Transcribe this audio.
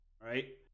Right